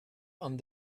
and